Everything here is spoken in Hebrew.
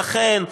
לכן,